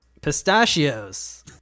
Pistachios